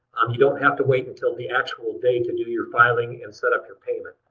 um you don't have to wait until the actual date to do your filing and set up your payment.